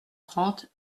trente